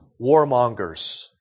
warmongers